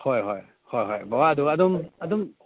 ꯍꯣꯏ ꯍꯣꯏ ꯍꯣꯏ ꯍꯣꯏ ꯕꯕꯥ ꯑꯗꯨꯒ ꯑꯗꯨꯝ ꯑꯗꯨꯝ